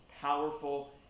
powerful